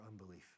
unbelief